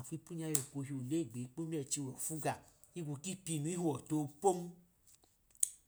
Nkwuipu yo̱ ekohi ngbo yikikili ipi usuga, higbo kipinu ohọwọtu opon.